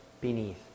beneath